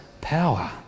power